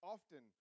Often